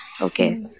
okay